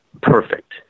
perfect